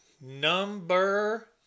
number